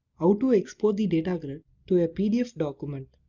how to export the data grid to a pdf document?